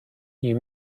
you